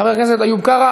חבר הכנסת איוב קרא.